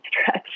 stretch